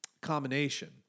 combination